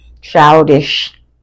childish